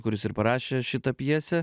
kuris ir parašė šitą pjesę